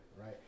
right